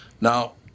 Now